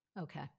Okay